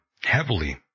heavily